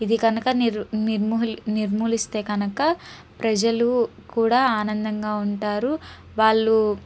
ఇది కనుక నిర్ నిర్ముల్ నిర్మూలిస్తే కనుక ప్రజలు కూడా ఆనందంగా ఉంటారు వాళ్ళు